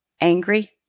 angry